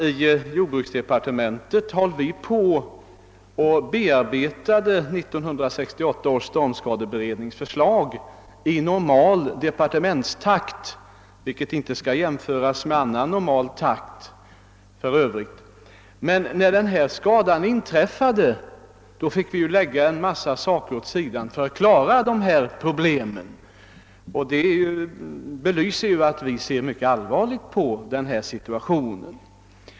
I jordbruksdepartementet höll vi på att bearbeta 1968 års stormskadeberednings förslag i normal departementstakt, vilken för övrigt inte skall jämföras med eljest normal takt. När denna skada inträffade fick vi lägga en massa saker åt sidan för att klara dessa problem, och det belyser väl att vi ser mycket allvarligt på denna situation.